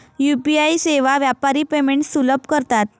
UPI सेवा व्यापारी payments सुलभ करतात